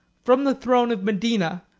from the throne of medina,